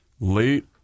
late